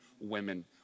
women